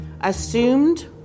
assumed